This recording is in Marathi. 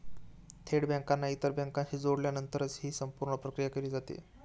थेट बँकांना इतर बँकांशी जोडल्यानंतरच ही संपूर्ण प्रक्रिया केली जाते